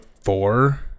four